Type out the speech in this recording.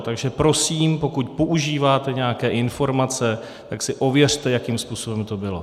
Takže prosím, pokud používáte nějaké informace, tak si ověřte, jakým způsobem to bylo.